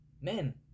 men